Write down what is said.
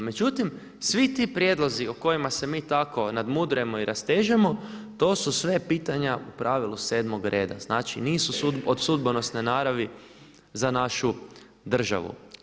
Međutim, svi ti prijedlozi o kojima se mi tako nadmudrujemo i rastežemo, to su sve pitanja u pravilu 7.-og reda, znači nisu od sudbonosne naravi za našu državu.